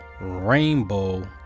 rainbow